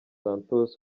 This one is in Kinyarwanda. santos